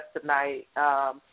tonight